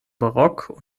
barock